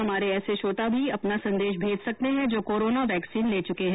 हमारे ऐसे श्रोता भी अपना संदेश भेज सकते हैं जो कोरोना वैक्सीन ले चुके हैं